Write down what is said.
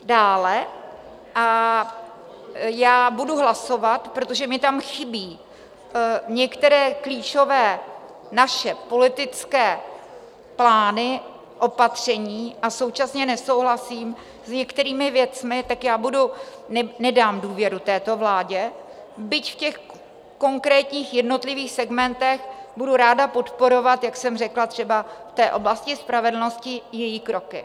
Dále: budu hlasovat, protože mi tam chybí některé naše klíčové politické plány, opatření a současně nesouhlasím s některými věcmi, tak já nedám důvěru této vládě, byť v těch konkrétních jednotlivých segmentech budu ráda podporovat, jak jsem řekla, třeba v té oblasti spravedlnosti, její kroky.